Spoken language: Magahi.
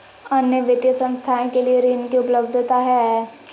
अन्य वित्तीय संस्थाएं के लिए ऋण की उपलब्धता है?